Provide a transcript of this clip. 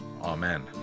Amen